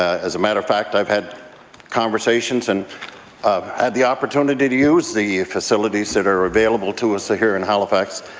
as a matter of fact i have had conversations and um had the opportunity to use the facilities that are available to us here in halifax.